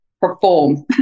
perform